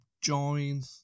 join